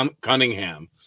Cunningham